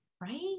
right